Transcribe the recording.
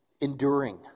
enduring